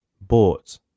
bought